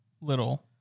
Little